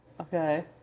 Okay